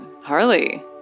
Harley